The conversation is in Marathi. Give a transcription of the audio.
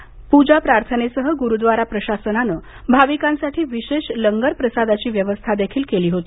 आज प्जा प्रार्थना यासह गुरुद्वारा प्रशासनानं भाविकांसाठी विशेष लंगर प्रसादाची व्यवस्था केली होती